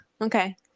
Okay